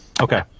Okay